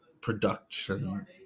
production